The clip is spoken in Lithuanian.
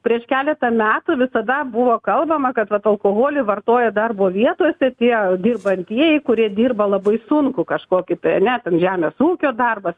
prieš keletą metų visada buvo kalbama kad vat alkoholį vartoja darbo vietose tie dirbantieji kurie dirba labai sunkų kažkokį tai ane žemės ūkio darbas